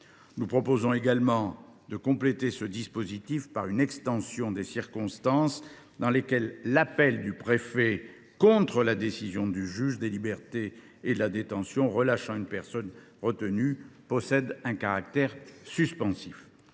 Nous proposons également de compléter ce dispositif par une extension des circonstances dans lesquelles l’appel du préfet contre la décision du juge des libertés et de la détention relâchant une personne retenue possède un caractère suspensif.